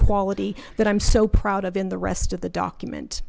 quality that i'm so proud of in the rest of the document